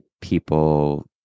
people